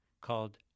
called